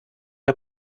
der